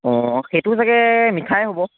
অ সেইটো চাগে মিঠায়ে হ'ব